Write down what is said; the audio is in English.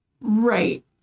Right